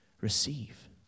receive